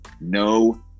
no